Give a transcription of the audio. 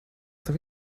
tev